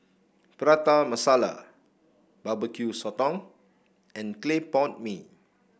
Prata Masala bbq sotong and Clay Pot Mee